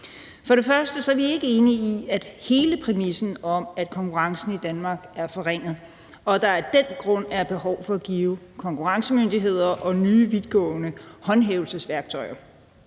For det første er vi ikke enige i hele præmissen om, at konkurrencen i Danmark er forringet, og at der af den grund er behov for at give konkurrencemyndighederne nye og vidtgående håndhævelsesværktøjer.